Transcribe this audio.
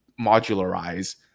modularize